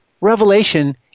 Revelation